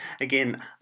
again